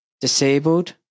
disabled